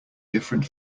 different